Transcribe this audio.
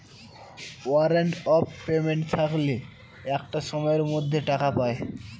warrant of payment থাকলে একটা সময়ের মধ্যে টাকা পায়